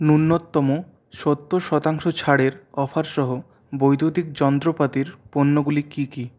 ন্যূনতম সত্তর শতাংশ ছাড়ের অফার সহ বৈদ্যুতিক যন্ত্রপাতির পণ্যগুলি কী কী